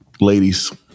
ladies